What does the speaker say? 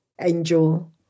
Angel